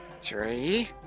three